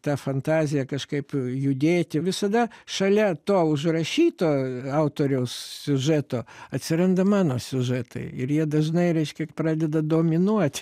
ta fantazija kažkaip judėti visada šalia to užrašyto autoriaus siužeto atsiranda mano siužetai ir jie dažnai reiškia pradeda dominuoti